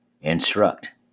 Instruct